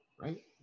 right